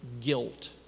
guilt